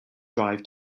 drive